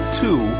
two